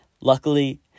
Luckily